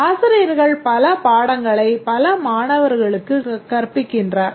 ஆசிரியர்கள் பல பாடங்களை பல மாணவர்களுக்கு கற்பிக்கின்றனர்